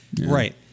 right